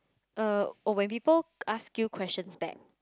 err or when people ask you questions back